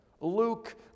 Luke